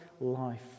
life